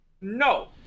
No